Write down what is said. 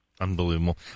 Unbelievable